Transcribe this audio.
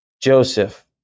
Joseph